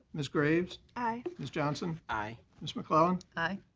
ms. graves. aye. ms. johnson. aye. ms. mcclellan. aye.